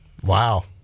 Wow